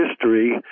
history